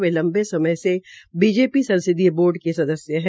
वे लंबे समय से बीजेपी संसदीय बोर्ड के सदस्य है